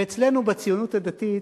ואצלנו, בציונות הדתית,